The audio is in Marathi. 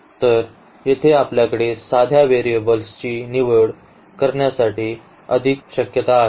तर येथे आपल्याकडे सध्या व्हेरिएबल्सची निवड करण्याची अधिक शक्यता आहे